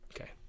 Okay